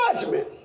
judgment